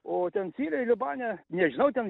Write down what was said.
o ten sirijoj libane nežinau ten